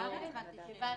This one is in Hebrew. --- אני מדברת על